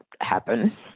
happen